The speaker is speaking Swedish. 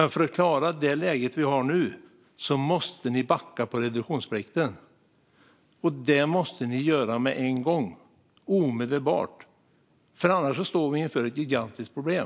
För att klara det läge vi har nu måste ni backa på reduktionsplikten, och det måste ni göra med en gång - omedelbart. Annars står vi inför ett gigantiskt problem.